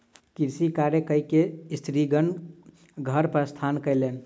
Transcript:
कृषि कार्य कय के स्त्रीगण घर प्रस्थान कयलैन